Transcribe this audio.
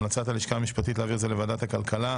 המלצת הלשכה המשפטית היא להעביר את זה לוועדת הכלכלה.